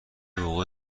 وقوع